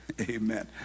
Amen